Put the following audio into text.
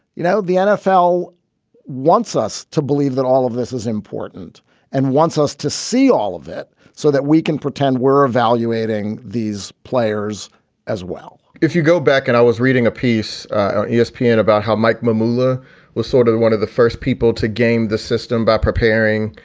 you know, the nfl wants us to believe that all of this is important and wants us to see all of it so that we can pretend we're evaluating these players as well if you go. back and i was reading a piece on espn and about how mike mumbler was sort of the one of the first people to game the system by preparing.